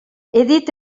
dit